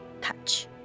touch